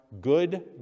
good